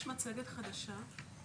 יש מצגת חדשה.